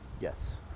Yes